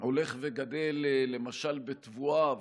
הולך וגדל למשל בתבואה,